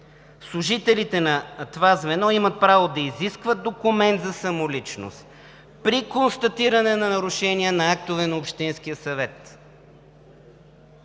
служителите на това звено имат право да изискват документ за самоличност при констатиране на нарушения на актове на общинския съвет